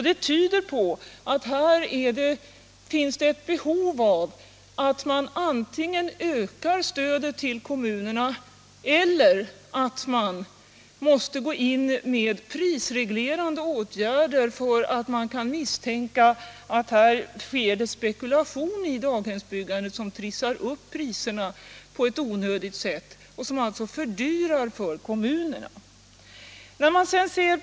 Det tyder på att här finns behov av att man ökar stödet till kommunerna eller att man måste gå in med prisreglerande åtgärder därför att man kan misstänka en spekulation i daghemsbyggandet som trissar upp priserna och ökar kommunernas kostnader i onödan.